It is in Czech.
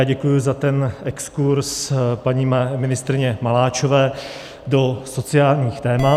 Děkuji za ten exkurz paní ministryně Maláčové do sociálních témat.